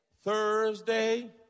Thursday